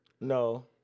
No